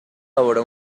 ahora